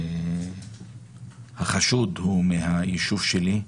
החשוד הוא מהיישוב שלי,